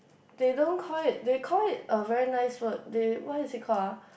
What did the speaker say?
they don't call it they call it a very nice word they what is it called ah